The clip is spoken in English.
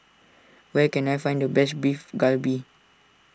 where can I find the best Beef Galbi